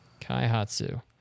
Kaihatsu